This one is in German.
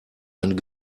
einen